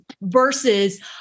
versus